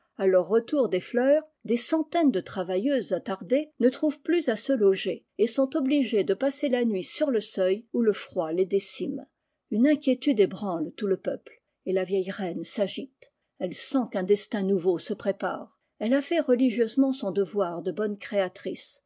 k leur retour des fleurs des centaines de travailleuses attardées ne trouvent plus à se loger et sont obligées de passer la nuit sur le seuil où le froid les décime une inquiétude ébranle tout le peuple et la vieille reine s'agite elle sent qu'un destin nouveau se prépare elle a fait religieusement son devoir de bonne créatrice